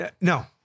No